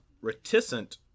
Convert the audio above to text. reticent